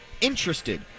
interested